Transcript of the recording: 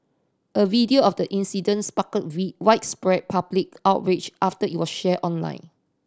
a video of the incident sparked way widespread public outrage after it was shared online